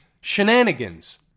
shenanigans